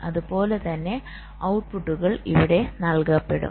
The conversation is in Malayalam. അതുപോലെ തന്നെ ഔട്ട്പുട്ടുകൾ ഇവിടെ നൽകപ്പെടും